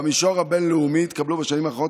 במישור הבין-לאומי התקבלו בשנים האחרונות